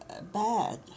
bad